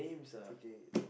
forget it